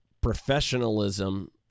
professionalism